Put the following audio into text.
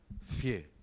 fear